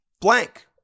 blank